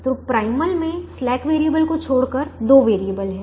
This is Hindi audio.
तो प्राइमल में स्लैक वैरिएबल को छोड़कर दो वैरिएबल हैं